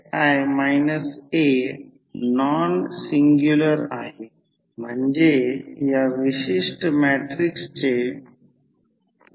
समजा जर ते I2 I1 N1 N2 असेल तर क्रॉस गुणाकारासाठी जा म्हणून I2 N2 I1 N1 म्हणून सेकंडरी साईडचे emf प्रायमरी साईडच्या emf च्या बरोबरीचे असणे आवश्यक आहे